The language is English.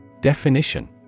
Definition